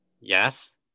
Yes